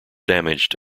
damaged